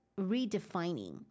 redefining